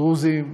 דרוזים,